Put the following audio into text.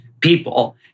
people